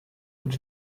could